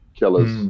killers